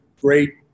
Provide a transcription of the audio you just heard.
great